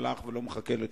הלך ולא מחכה לתשובה.